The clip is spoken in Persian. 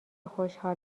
خوشحال